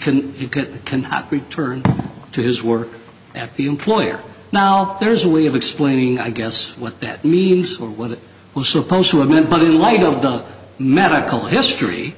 could can return to his work at the employer now there's a way of explaining i guess what that means or what it was supposed to admit but in light of the medical history